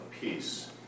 Peace